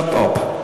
shut up.